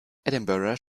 edinburgh